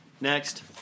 Next